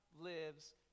lives